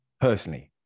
personally